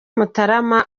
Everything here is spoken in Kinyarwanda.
mutarama